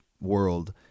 world